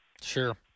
Sure